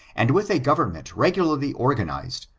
and with a government regularly organized,